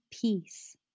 peace